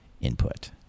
input